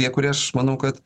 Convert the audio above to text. tie kurie aš manau kad